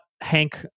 Hank